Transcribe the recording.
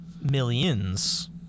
millions